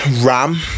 Ram